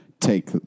take